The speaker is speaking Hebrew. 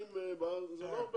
זה לא הרבה